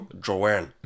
Joanne